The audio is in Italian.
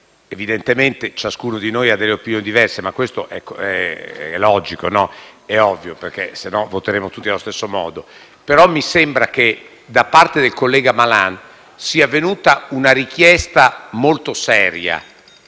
Evidentemente ciascuno di noi ha opinioni diverse, ma è logico e ovvio, altrimenti voteremmo tutti allo stesso modo. Tuttavia, mi sembra che da parte del collega Malan sia venuta una richiesta molto seria,